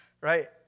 right